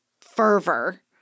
fervor